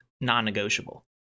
non-negotiable